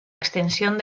extensión